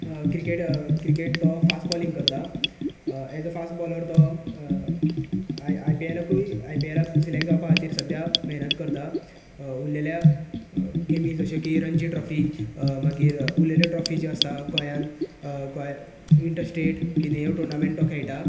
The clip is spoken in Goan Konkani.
क्रिकेट क्रिकेट तो फास्ट बॉलिंग करता एस अ फास्ट बॉलर तो आय आय पी एलाकूय सिलेक्ट जावपा खातीर सद्द्या मेहनत करता उरलेल्या गेमी जशी की रंजी ट्रॉफी उरलेल्यो ट्रॉफी ज्योआसा गोंयांत इंटरस्टेट टॉर्नामेंट तो खेळटा